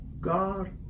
God